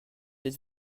êtes